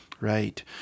Right